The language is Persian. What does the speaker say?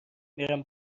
میرم